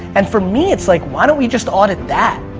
and for me, it's like, why don't we just audit that?